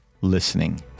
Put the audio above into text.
listening